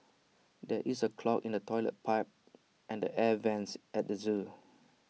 there is A clog in the Toilet Pipe and the air Vents at the Zoo